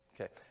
Okay